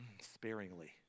sparingly